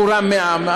מורם מעם.